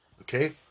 okay